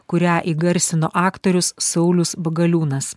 kurią įgarsino aktorius saulius bagaliūnas